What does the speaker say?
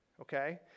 okay